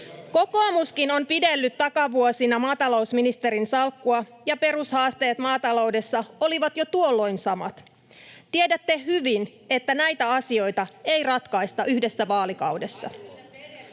Kokoomuskin on pidellyt takavuosina maatalousministerin salkkua, ja perushaasteet maataloudessa olivat jo tuolloin samat. Tiedätte hyvin, että näitä asioita ei ratkaista yhdessä vaalikaudessa.